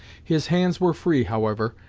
his hands were free, however,